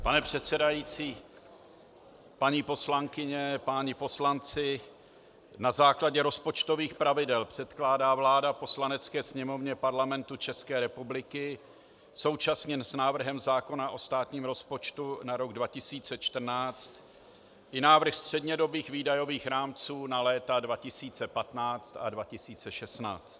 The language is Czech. Pane předsedající, paní poslankyně, páni poslanci, na základě rozpočtových pravidel předkládá vláda Poslanecké sněmovně Parlamentu České republiky současně s návrhem zákona o státním rozpočtu na rok 2014 i návrh střednědobých výdajových rámců na léta 2015 a 2016.